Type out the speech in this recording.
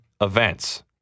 events